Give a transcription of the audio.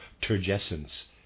turgescence